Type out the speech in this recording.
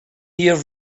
year